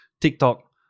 TikTok